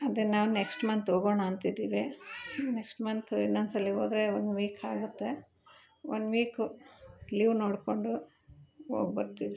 ಅದೇ ನಾವು next month ಹೋಗೋಣ ಅಂತಿದ್ದೀವಿ ನೆಕ್ಸ್ಟ್ ಮಂತ್ ಇನ್ನೊಂದ್ಸಲಿ ಹೋದ್ರೆ ಒನ್ ವೀಕ್ ಆಗುತ್ತೆ ಒನ್ ವೀಕು ಲೀವ್ ನೋಡಿಕೊಂಡು ಹೋಗ್ ಬರ್ತೀವಿ